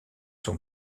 sont